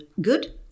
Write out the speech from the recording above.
good